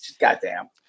goddamn